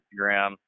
instagram